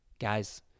Guys